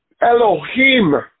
Elohim